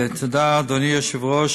תודה, אדוני היושב-ראש.